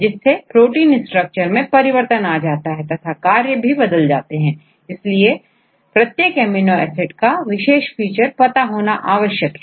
जिससे protein structure में परिवर्तन आता है तथा कार्य भी बदल जाते हैं इसलिए प्रत्येक अमीनो एसिड के विशेष फीचर पता होना आवश्यक है